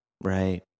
Right